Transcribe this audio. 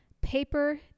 paper